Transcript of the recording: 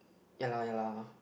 ya lor ya lor